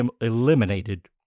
eliminated